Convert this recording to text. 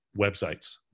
websites